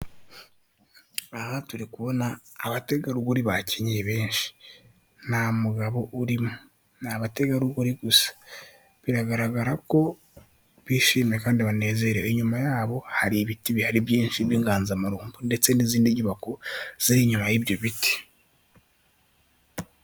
Aha turi kubona abategarugori bakenyeye benshi nta mugabo urimo, ni abategarugori gusa biragaragara ko bishimye kandi banezerewe, inyuma yabo hari ibiti bihari byinshi by'inganzamarumbo ndetse n'izindi nyubako ziri inyuma y'ibyo biti.